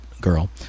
girl